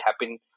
happen